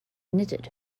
knitted